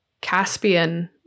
Caspian